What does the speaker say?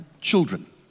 children